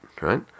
right